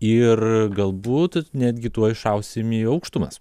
ir galbūt netgi tuoj šausim į aukštumas